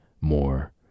*More*